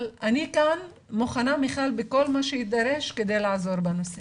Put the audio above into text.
אבל אני כאן מיכל ומוכנה בכל מה שיידרש כדי לעזור בנושא.